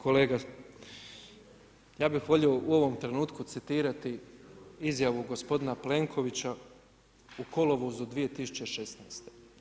Kolega, ja bih volio u ovom trenutku citirati izjavu gospodina Plenkovića u kolovozu 2016.